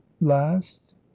last